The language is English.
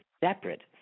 separate